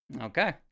Okay